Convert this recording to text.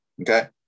okay